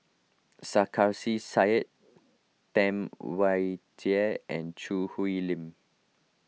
Sarkasi Said Tam Wai Jia and Choo Hwee Lim